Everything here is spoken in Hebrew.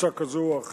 קבוצה כזאת או אחרת.